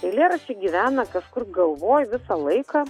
eilėraščiai gyvena kažkur galvoj visą laiką